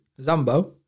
Zambo